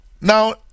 Now